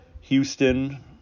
Houston